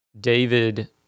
David